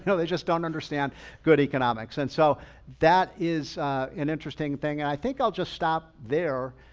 so they just don't understand good economics. and so that is an interesting thing. i think i'll just stop there.